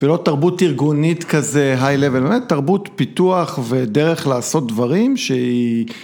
ולא תרבות ארגונית כזה היי לבל, תרבות פיתוח ודרך לעשות דברים שהיא